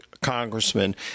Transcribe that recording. congressman